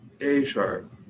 A-sharp